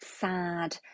sad